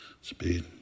Speed